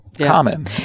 common